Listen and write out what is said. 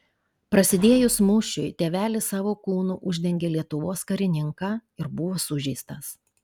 prasidėjus mūšiui tėvelis savo kūnu uždengė lietuvos karininką ir buvo sužeistas